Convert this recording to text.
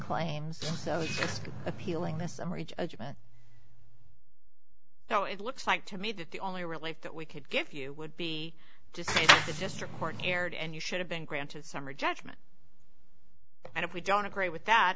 claims so i was appealing this summary judgment you know it looks like to me that the only relief that we could give you would be just to just report aired and you should have been granted summary judgment and if we don't agree with that